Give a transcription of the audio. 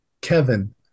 Kevin